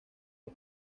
los